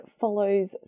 follows